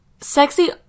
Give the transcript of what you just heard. Sexy